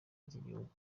ry’igihugu